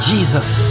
Jesus